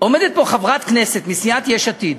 עומדת פה חברת כנסת מסיעת יש עתיד,